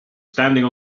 standing